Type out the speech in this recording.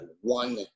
one